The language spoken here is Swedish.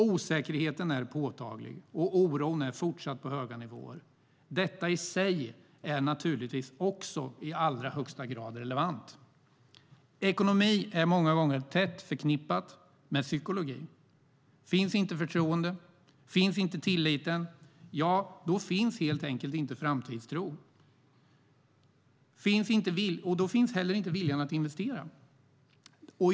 Osäkerheten är påtaglig, och oron är fortsatt på höga nivåer. Detta i sig är naturligtvis också i allra högsta grad relevant. Ekonomi är många gånger tätt förknippat med psykologi. Finns inte förtroendet, finns inte tilliten, ja, då finns helt enkelt inte framtidstron, och då finns heller inte viljan att investera.